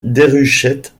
déruchette